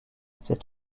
cet